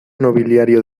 nobiliario